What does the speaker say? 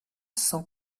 cent